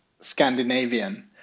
Scandinavian